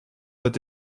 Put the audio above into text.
wird